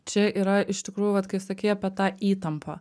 čia yra iš tikrųjų vat kai sakei apie tą įtampą